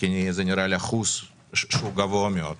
כי זה נראה לי אחוז שהוא גבוה מאוד.